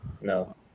No